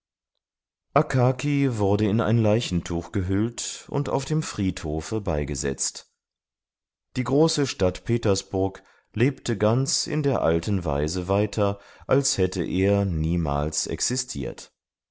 wurde in ein leichentuch gehüllt und auf dem friedhofe beigesetzt die große stadt petersburg lebte ganz in der alten weise weiter als hätte er niemals existiert